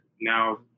now